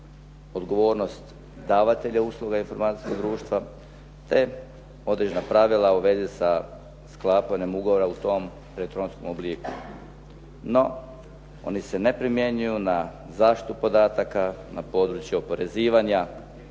odgovornost davatelja usluga informacijskog društva, te određena pravila u vezi sa sklapanjem ugovora u svom elektronskom obliku. No, oni se ne primjenjuju na zaštitu podataka, na područje oporezivanja,